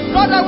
God